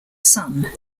sun